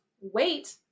wait